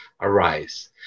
arise